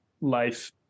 life